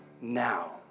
now